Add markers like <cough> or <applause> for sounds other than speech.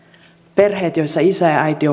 perheissä joissa isä ja äiti <unintelligible>